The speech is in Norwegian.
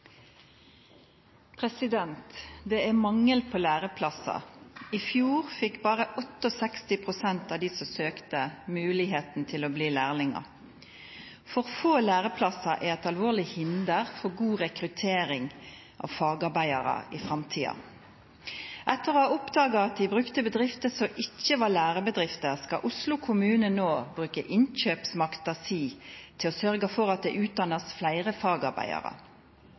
er mangel på læreplasser. I fjor fikk bare 68 pst. av de som søkte, muligheten til å bli lærlinger. For få læreplasser er et alvorlig hinder for god rekruttering av fagarbeidere i framtiden. Etter å ha oppdaget at de brukte bedrifter som ikke var lærebedrifter, skal Oslo kommune nå bruke innkjøpsmakten sin til å sørge for at det utdannes flere fagarbeidere.